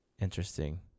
Interesting